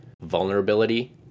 vulnerability